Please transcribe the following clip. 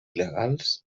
il·legals